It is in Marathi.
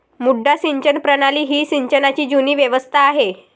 मुड्डा सिंचन प्रणाली ही सिंचनाची जुनी व्यवस्था आहे